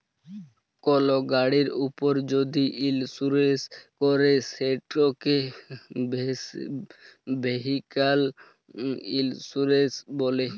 call গাড়ির উপর যদি ইলসুরেলস ক্যরে সেটকে ভেহিক্যাল ইলসুরেলস ব্যলে